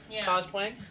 cosplaying